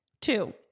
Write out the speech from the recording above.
Two